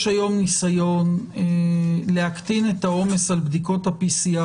יש היום ניסיון להקטין את העומס על בדיקות ה-PCR